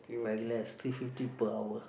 very less two fifty per hour